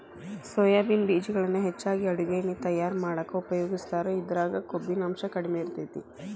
soybean ಬೇಜಗಳನ್ನ ಹೆಚ್ಚಾಗಿ ಅಡುಗಿ ಎಣ್ಣಿ ತಯಾರ್ ಮಾಡಾಕ ಉಪಯೋಗಸ್ತಾರ, ಇದ್ರಾಗ ಕೊಬ್ಬಿನಾಂಶ ಕಡಿಮೆ ಇರತೇತಿ